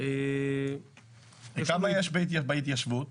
כמה יש בהתיישבות?